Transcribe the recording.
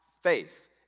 faith